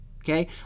okay